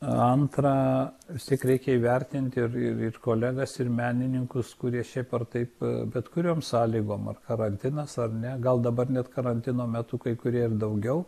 antra vis tiek reikia įvertint ir ir kolegas ir menininkus kurie šiaip ar taip bet kuriom sąlygom karantinas ar ne gal dabar net karantino metu kai kurie ir daugiau